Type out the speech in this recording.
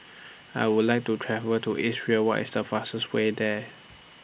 I Would like to travel to Israel What IS The fastest Way There